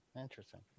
Interesting